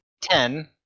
ten